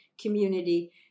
community